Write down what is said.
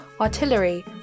artillery